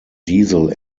diesel